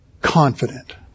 confident